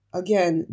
again